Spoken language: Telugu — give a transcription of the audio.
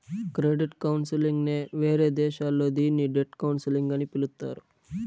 క్రెడిట్ కౌన్సిలింగ్ నే వేరే దేశాల్లో దీన్ని డెట్ కౌన్సిలింగ్ అని పిలుత్తారు